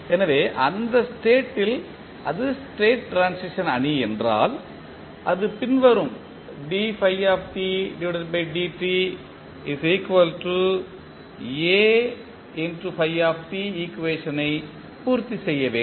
எனவே அந்த ஸ்டேட்டில் அது ஸ்டேட் ட்ரான்சிஷன் அணி என்றால் அது பின்வரும் ஈக்குவேஷனை பூர்த்தி செய்ய வேண்டும்